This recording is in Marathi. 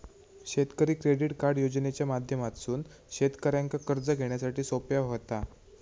शेतकरी क्रेडिट कार्ड योजनेच्या माध्यमातसून शेतकऱ्यांका कर्ज घेण्यासाठी सोप्या व्हता